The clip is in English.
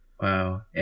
Wow